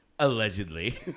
Allegedly